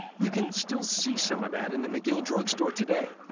you can still see some of that in the mcgill drugstore today.